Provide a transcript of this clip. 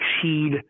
exceed